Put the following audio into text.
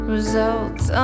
Results